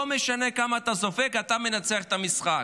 לא משנה כמה אתה סופג, אתה מנצח את המשחק.